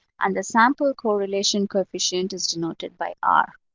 and the sample correlation coefficient is denoted by r.